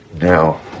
Now